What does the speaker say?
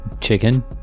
Chicken